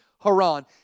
Haran